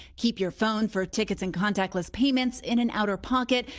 keep your phone for tickets and contactless payments in an outer pocket.